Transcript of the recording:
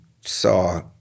saw